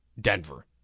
Denver